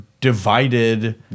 divided